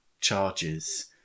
charges